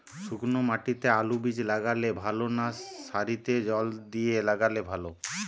শুক্নো মাটিতে আলুবীজ লাগালে ভালো না সারিতে জল দিয়ে লাগালে ভালো?